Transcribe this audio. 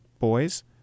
boys